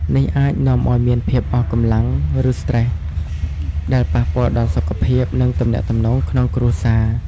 នេះអាចនាំឲ្យមានភាពអស់កម្លាំង ឬស្ត្រេស ដែលប៉ះពាល់ដល់សុខភាព និងទំនាក់ទំនងក្នុងគ្រួសារ។